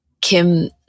Kim